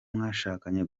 mwashakanye